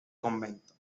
convento